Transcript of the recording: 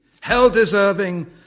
hell-deserving